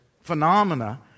phenomena